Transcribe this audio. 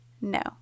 No